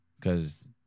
Cause